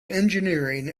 engineering